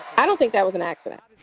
i don't think that was an accident.